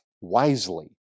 wisely